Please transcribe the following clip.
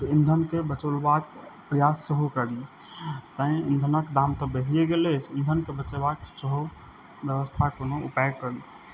तऽ ईन्धनके बचेबाक प्रयास सेहो करी तैॅं ईधनक दाम तऽ बढ़िए गेलै ईन्धनके बचेबाक सेहो व्यवस्था कोनो उपाय करी